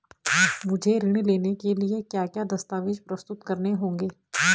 मुझे ऋण लेने के लिए क्या क्या दस्तावेज़ प्रस्तुत करने होंगे?